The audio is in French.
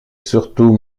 surtout